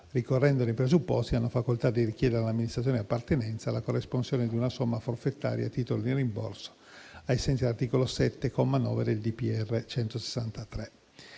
ricorrendone i presupposti, hanno facoltà di richiedere all'amministrazione di appartenenza la corresponsione di una somma forfettaria, a titolo di rimborso ai sensi articolo 7, comma 9,